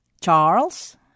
Charles